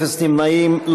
אפס נמנעים.